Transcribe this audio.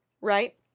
Right